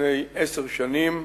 לפני עשר שנים.